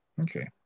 Okay